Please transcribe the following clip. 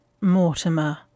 Mortimer